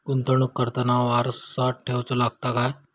गुंतवणूक करताना वारसा ठेवचो लागता काय?